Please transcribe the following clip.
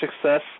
success